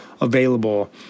available